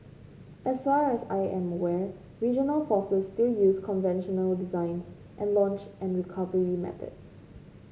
as far as I am aware regional forces still use conventional designs and launch and recovery methods